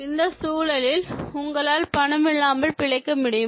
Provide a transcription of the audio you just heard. இந்த சூழலில் உங்களால் பணமில்லாமல் பிழைக்க முடியுமா